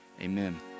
Amen